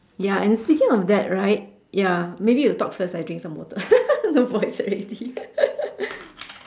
ya and speaking of that right ya maybe you talk first I drink some water no voice already